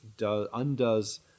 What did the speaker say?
undoes